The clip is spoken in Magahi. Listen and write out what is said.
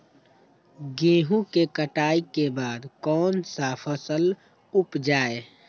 गेंहू के कटाई के बाद कौन सा फसल उप जाए?